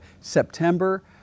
September